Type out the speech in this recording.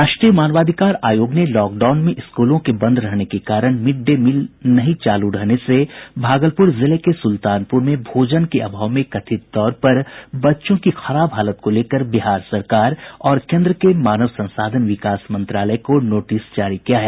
राष्ट्रीय मानवाधिकार आयोग ने लॉकडाउन में स्कूलों के बंद रहने के कारण मिड डे मिल नहीं चालू रहने से भागलपुर जिले के सुलतानपुर में भोजन के अभाव में कथित तौर पर बच्चों की खराब हालत को लेकर बिहार सरकार और केन्द्र के मानव संसाधन विकास मंत्रालय को नोटिस जारी किया है